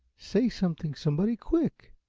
say something, somebody, quick!